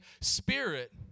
spirit